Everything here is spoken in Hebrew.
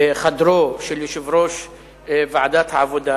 בחדרו של יושב-ראש ועדת העבודה,